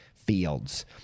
fields